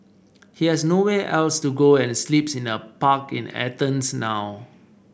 he has nowhere else to go and sleeps in a park in Athens now